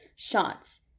Shots